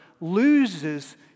loses